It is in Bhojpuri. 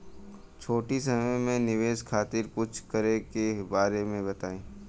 छोटी समय के निवेश खातिर कुछ करे के बारे मे बताव?